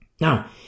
Now